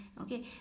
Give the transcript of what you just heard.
okay